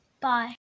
bye